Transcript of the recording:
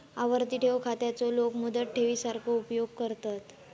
आवर्ती ठेव खात्याचो लोक मुदत ठेवी सारखो उपयोग करतत